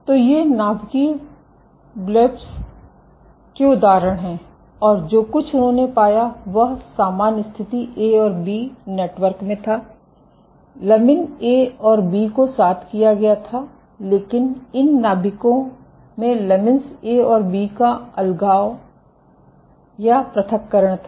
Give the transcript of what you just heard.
तो ये नाभिकीय ब्लब्स के उदाहरण हैं और जो कुछ उन्होंने पाया है वह सामान्य स्थिति ए और बी नेटवर्क में था लमिन ए और बी को साथ किया गया था लेकिन इन नाभिकों में लमीन्स ए और बी का अलगाव या पृथक्करण था